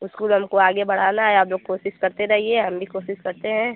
school हमको आगे बढ़ाना है आप लोग कोशिश करते रहिए हम भी कोशिश करते हैं